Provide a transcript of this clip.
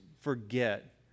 forget